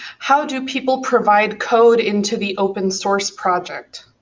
how do people provide code into the open source project?